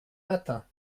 matins